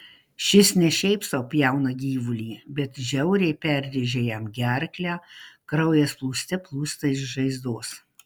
šis ne šiaip sau pjauna gyvulį bet žiauriai perrėžia jam gerklę kraujas plūste plūsta iš žaizdos